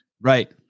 Right